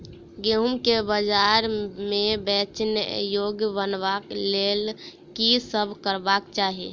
गेंहूँ केँ बजार मे बेचै योग्य बनाबय लेल की सब करबाक चाहि?